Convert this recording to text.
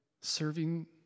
serving